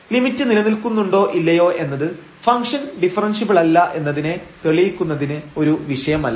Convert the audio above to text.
limit നിലനിൽക്കുന്നുണ്ടോ ഇല്ലയോ എന്നത് ഫംഗ്ഷൻ ഡിഫറെൻഷ്യബിളല്ല എന്നതിനെ തെളിയിക്കുന്നതിന് ഒരു വിഷയമല്ല